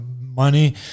money